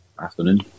Afternoon